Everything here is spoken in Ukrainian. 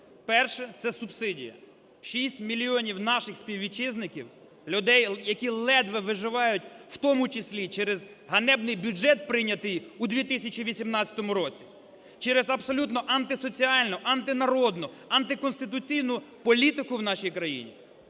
Перше – це субсидія. 6 мільйонів наших співвітчизників, людей, які ледве виживають в тому числі через ганебний бюджет, прийнятий у 2018 році, через абсолютно антисоціальну, антинародну, антиконституційну політику в нашій країні,